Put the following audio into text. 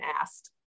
asked